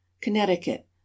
Connecticut